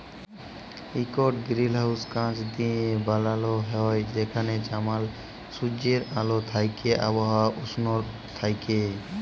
ইকট গিরিলহাউস কাঁচ দিঁয়ে বালাল হ্যয় যেখালে জমাল সুজ্জের আল থ্যাইকে আবহাওয়া উস্ল থ্যাইকে